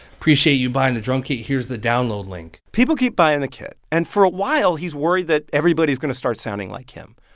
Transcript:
appreciate you buying a drum kit. here's the download link people keep buying the kit. and for a while, he's worried that everybody is going to start sounding like him.